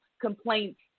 complaints